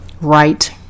right